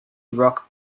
rock